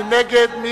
מי נגד?